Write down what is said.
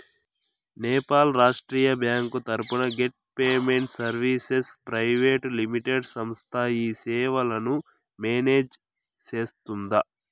Nepal Rashtriya bank తరపున gate payment services private limited సంస్థ ఈ సేవలను మేనేజ్ సేస్తుందా?